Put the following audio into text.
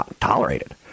tolerated